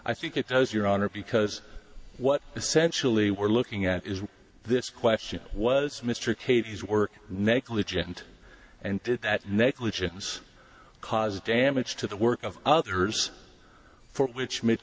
i think it does your honor because what essentially we're looking at is this question was mr katie's work negligent and that negligence caused damage to the work of others which m